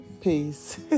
peace